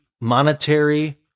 monetary